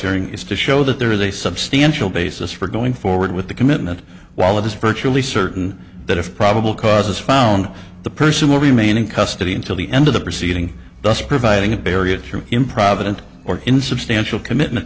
hearing is to show that there is a substantial basis for going forward with the commitment while this virtually certain that of probable cause is found the person will remain in custody until the end of the proceeding thus providing a burial through improvident or insubstantial commitment